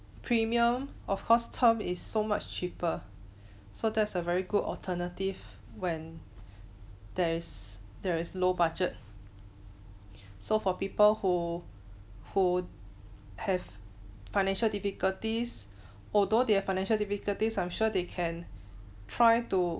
premium of course term is so much cheaper so thats a very good alternative when there is there is low budget so for people who who have financial difficulties although they are financial difficulties I'm sure they can try to